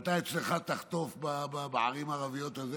ואתה תחטוף אצלך בערים הערביות על זה,